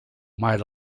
made